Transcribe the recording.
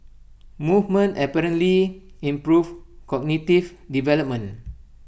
movement apparently improves cognitive development